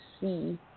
see